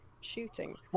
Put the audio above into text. shooting